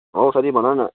हौ साथी भन न